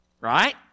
Right